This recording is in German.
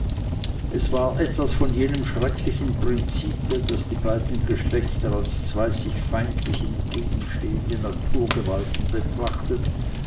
es war etwas von jenem schrecklichen prinzipe das die beiden geschlechter als zwei sich feindlich entgegenstehende naturgewalten betrachtet